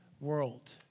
world